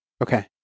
Okay